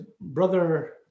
Brother